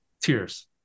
tears